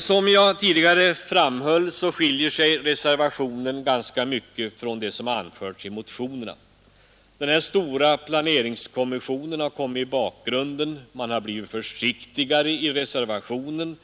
Som jag tidigare framhöll skiljer sig reservationen ganska mycket från det som anförs i motionerna. Den stora planeringskommissionen har kommit i bakgrunden. Man har blivit försiktigare i reservationen.